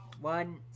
One